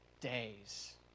days